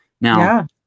Now